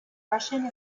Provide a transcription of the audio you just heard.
russian